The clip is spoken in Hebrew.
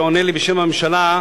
שעונה לי בשם הממשלה,